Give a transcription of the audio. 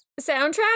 soundtrack